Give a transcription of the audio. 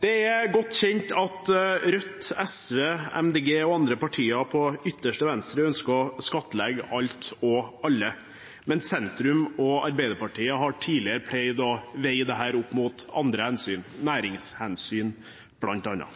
Det er godt kjent at Rødt, SV, MDG og andre partier på ytterste venstre ønsker å skattlegge alt og alle, men sentrum og Arbeiderpartiet har tidligere pleid å veie dette opp mot andre hensyn, næringshensyn, bl.a.